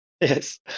Yes